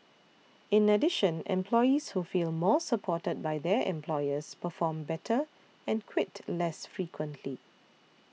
in addition employees who feel more supported by their employers perform better and quit less frequently